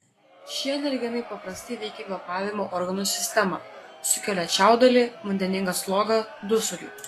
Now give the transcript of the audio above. šie alergenai paprastai veikia kvėpavimo organų sistemą sukelia čiaudulį vandeningą slogą dusulį